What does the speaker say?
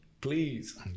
Please